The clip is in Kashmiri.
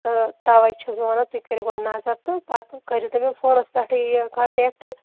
تہٕ تَوَے چھَس بہٕ وَنان تُہۍ کٔرِو گۄڈٕ نظر تہٕ پَتہٕ کٔرِو تُہۍ مےٚ فونَس پٮ۪ٹھٕے یہِ کَنٹیکٹ